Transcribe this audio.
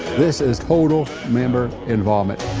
this is total member involvement.